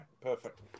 perfect